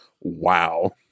wow